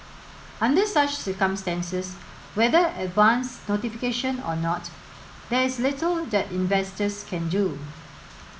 under such circumstances whether advance notification or not there is little that investors can do